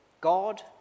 God